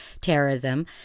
terrorism